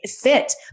fit